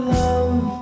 love